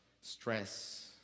stress